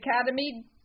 Academy